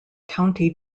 county